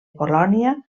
polònia